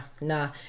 nah